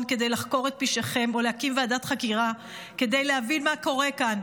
כדי לחקור את פשעיכם או להקים ועדת חקירה כדי להבין מה קורה כאן.